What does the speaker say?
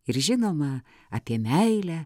ir žinoma apie meilę